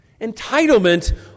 Entitlement